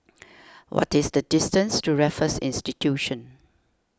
what is the distance to Raffles Institution